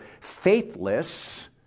faithless